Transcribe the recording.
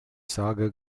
sage